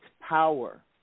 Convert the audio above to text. power